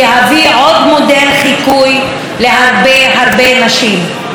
תהווי עוד מודל לחיקוי להרבה הרבה נשים.